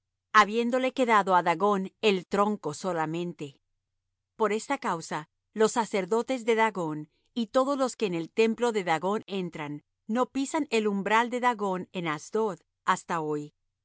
habiéndole quedado á dagón el tronco solamente por esta causa los sacerdotes de dagón y todos los que en el templo de dagón entran no pisan el umbral de dagón en asdod hasta hoy